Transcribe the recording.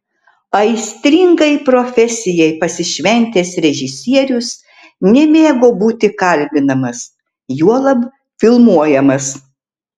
aistringai profesijai pasišventęs režisierius nemėgo būti kalbinamas juolab filmuojamas